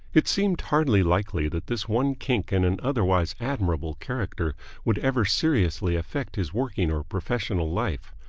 it seemed hardly likely that this one kink in an otherwise admirable character would ever seriously affect his working or professional life,